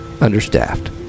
understaffed